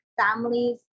families